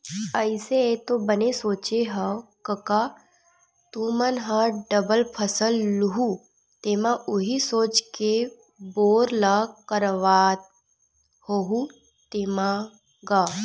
अइसे ऐ तो बने सोचे हँव कका तुमन ह डबल फसल लुहूँ तेमा उही सोच के बोर ल करवात होहू तेंमा गा?